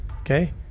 Okay